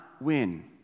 win